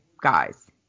guys